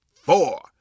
four